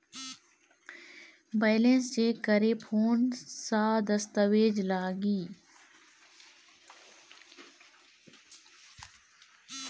Balance check करें कोन सा दस्तावेज लगी?